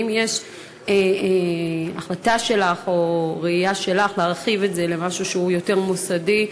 האם יש החלטה שלך או ראייה שלך להרחיב את זה למשהו שהוא יותר מוסדי,